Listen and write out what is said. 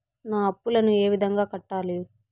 నా అప్పులను ఏ విధంగా కట్టాలి?